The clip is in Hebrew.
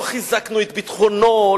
לא חיזקנו את ביטחונו,